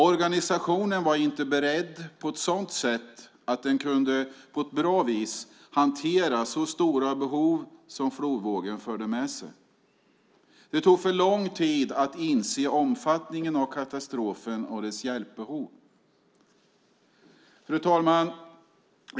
Organisationen var inte beredd på ett sådant sätt att den på ett bra vis kunde hantera så stora behov som flodvågen förde med sig. Det tog för lång tid att inse omfattningen av katastrofen och hjälpbehovet.